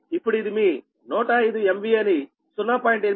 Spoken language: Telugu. ఇప్పుడు ఇది మీ 105 MVA ని 0